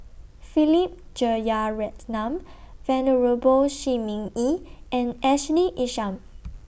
Philip Jeyaretnam Venerable Shi Ming Yi and Ashley Isham